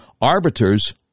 arbiters